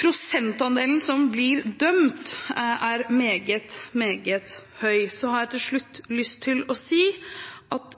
prosentandelen som blir dømt, er meget høy. Jeg har til slutt lyst til å si at